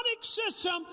system